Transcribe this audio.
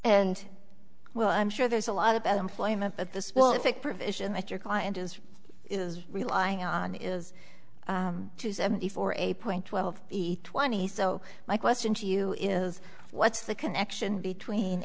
and well i'm sure there's a lot of employment but the swell effect provision that your client is is relying on is to seventy four eight point twelve twenty so my question to you is what's the connection between